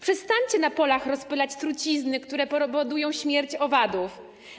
Przestańcie na polach rozpylać trucizny, które powodują śmierć owadów.